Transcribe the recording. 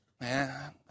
Man